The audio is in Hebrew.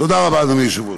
תודה רבה, אדוני היושב-ראש.